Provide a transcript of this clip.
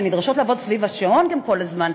שנדרשות לעבוד סביב השעון גם כל הזמן,